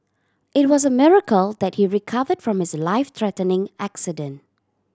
it was a miracle that he recovered from his life threatening accident